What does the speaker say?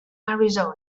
arizona